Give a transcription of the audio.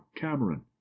Cameron